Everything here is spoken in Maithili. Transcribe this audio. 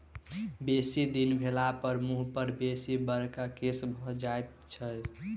बेसी दिन भेलापर मुँह पर बेसी बड़का केश भ जाइत छै